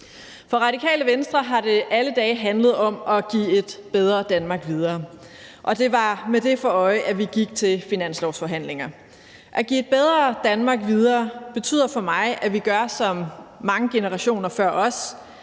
For Radikale Venstre har det alle dage handlet om at give et bedre Danmark videre. Det var med det for øje, at vi gik til finanslovsforhandlinger. At give et bedre Danmark videre betyder for mig, at vi gør som mange generationer før os,